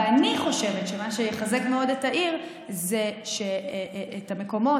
ואני חושבת שמה שיחזק מאוד את העיר זה שאת המקומות,